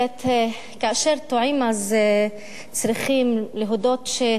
כאשר טועים אז צריכים להודות שטעינו,